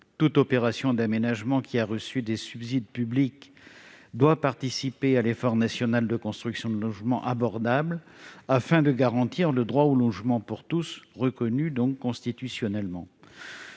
Toute opération d'aménagement qui a reçu des subsides publics doit participer à l'effort national de construction de logements abordables, ce pour garantir le droit au logement pour tous, constitutionnellement